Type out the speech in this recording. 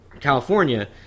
California